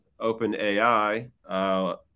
OpenAI